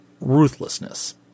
ruthlessness